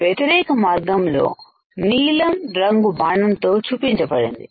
వ్యతిరేక మార్గంలో నీలం రంగు బాణంతో చూపించబడింది